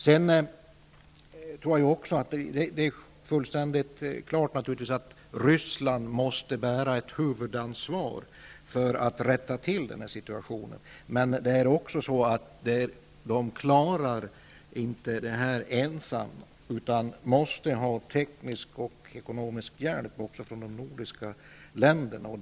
Det är helt klart att Ryssland måste bära ett huvudansvar för att rätta till situationen. Men man klarar inte det ensam. Man måste ha teknisk och ekonomisk hjälp från de nordiska länderna.